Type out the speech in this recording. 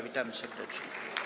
Witamy serdecznie.